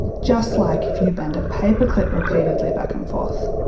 just like if you bend a paperclip repeatedly back and forth.